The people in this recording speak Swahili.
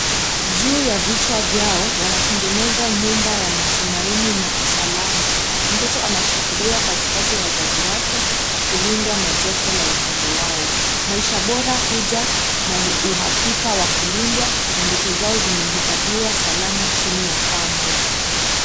Juu ya vichwa vyao wanatengeneza nyumba ya matumaini na usalama mtoto anashikiliwa katikati ya wazazi wake akilindwa na joto la upendo wao maisha bora huja na huakika wa kulindwa na ndoto zao zimehifadhiwa salama chini ya paa moja.